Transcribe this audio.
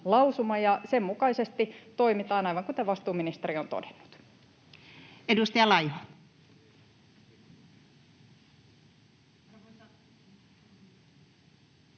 sen mukaisesti toimitaan, aivan kuten vastuuministeri on todennut. [Speech